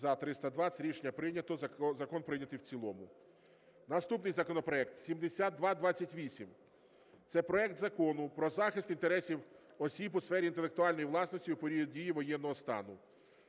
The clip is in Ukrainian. За-320 Рішення прийнято. Закон прийнятий в цілому. Наступний законопроект 7228. Це проект Закону про захист інтересів осіб у сфері інтелектуальної власності у період дії воєнного стану.